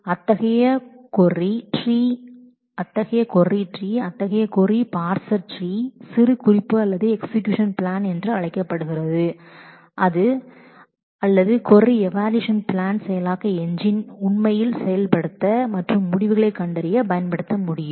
அத்தகைய ஒரு query tree அத்தகைய கொரி பார்சர் ட்ரீ அனடேசன் உடன் கூடிய ஒரு எக்ஸீயூஷன் பிளான் என்று அழைக்கப்படுகிறது அல்லது கொரி ஈவாலுவெஷன் பிளான் அவற்றில் கொரி ப்ராசசிங் இன்ஜின் அவற்றை பயன்படுத்தி உண்மையில் செயல்படுத்த மற்றும் முடிவுகளைக் கண்டறிய முடியும்